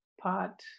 pot